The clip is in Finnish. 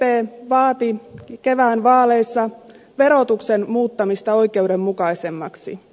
sdp vaati kevään vaaleissa verotuksen muuttamista oikeudenmukaisemmaksi